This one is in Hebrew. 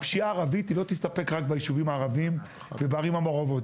הפשיעה הערבית לא תסתפק רק ביישובים הערביים ובערים המעורבות.